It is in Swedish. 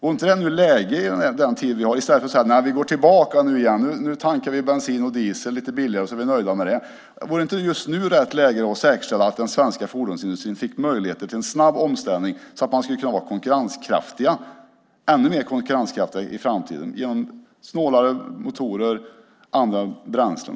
I stället för att säga att vi går tillbaka till att tanka bensin och diesel lite billigare och är nöjda med det vore det väl just nu rätt läge att säkerställa att den svenska fordonsindustrin fick möjlighet till en snabb omställning så att den blev ännu mer konkurrenskraftig i framtiden genom snålare motorer och andra bränslen.